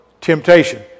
temptation